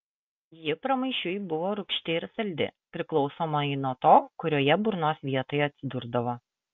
ji pramaišiui buvo rūgšti ir saldi priklausomai nuo to kurioje burnos vietoje atsidurdavo